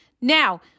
Now